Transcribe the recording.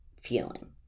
feeling